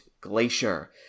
Glacier